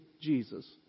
Jesus